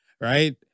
right